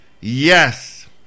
Yes